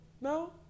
no